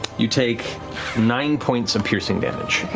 you take nine points of piercing damage.